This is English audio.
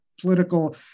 political